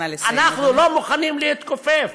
אנחנו לא מוכנים להתכופף,